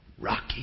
Rocky